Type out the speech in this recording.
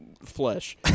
flesh